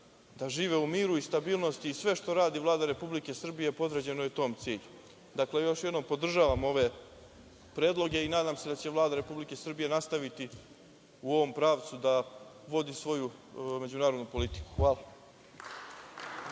da žive u miru i stabilnosti i sve što radi Vlada Republike Srbije podređeno je tom cilju. Dakle, još jednom podržavam ove predloge i nadam se da će Vlada Republike Srbije nastaviti u ovom pravcu da vodi svoju međunarodnu politiku. Hvala.